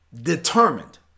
determined